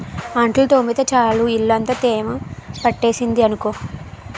అంట్లు తోమితే చాలు ఇల్లంతా తేమ పట్టేసింది అనుకో